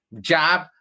job